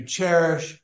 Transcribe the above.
cherish